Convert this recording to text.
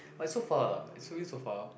but it so far lah it's always so far